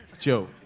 Joe